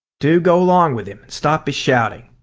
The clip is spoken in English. do go along with him and stop his shouting.